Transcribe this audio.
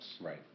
Right